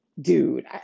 dude